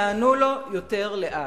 יענו לו יותר לאט.